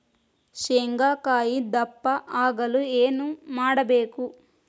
ಶೇಂಗಾಕಾಯಿ ದಪ್ಪ ಆಗಲು ಏನು ಮಾಡಬೇಕು?